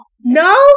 No